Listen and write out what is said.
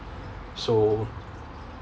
so